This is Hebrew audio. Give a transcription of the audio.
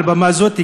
מעל במה זאת,